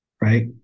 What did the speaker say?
right